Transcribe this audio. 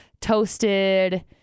toasted